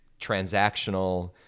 transactional